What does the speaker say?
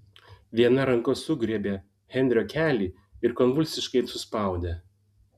viena ranka sugriebė henrio kelį ir konvulsiškai suspaudė